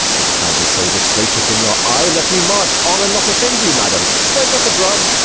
if i be so disgracious in your eye, let me march on and not offend you, madam strike up the drum.